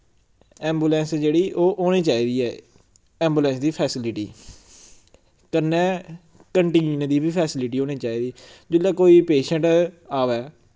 ambulance जेह्ड़ी ओह् होने चाहिदी ऐ एम्बुलैंस दी फैसिलिटी कन्नै कंटीन दी बी फैसिलिटी होनी चाहिदी जिल्लै कोई पेशैंट आवै